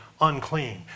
unclean